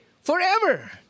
Forever